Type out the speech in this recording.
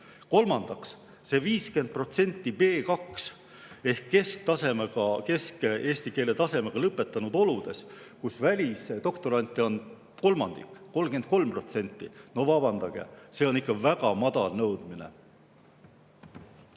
Kolmandaks, see 50% B2- ehk eesti keele kesktasemega lõpetanuid oludes, kus välisdoktorante on kolmandik, 33% – no vabandage, see on ikka väga väike nõudmine.